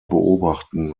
beobachten